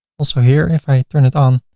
also here, if i turn it on,